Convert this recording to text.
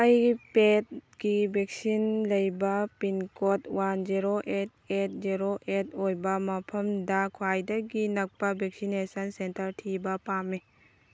ꯑꯩꯒꯤ ꯄꯦꯗꯀꯤ ꯕꯦꯛꯁꯤꯟ ꯂꯩꯕ pin code one zero eight eight zero eight ꯑꯩꯏꯕ ꯃꯐꯝꯗ ꯈ꯭ꯋꯥꯏꯗꯒꯤ ꯅꯛꯄ ꯕꯦꯛꯁꯤꯅꯦꯁꯟ ꯁꯦꯟꯇꯔ ꯊꯤꯕ ꯄꯥꯝꯃꯤ